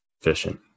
efficient